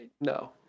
No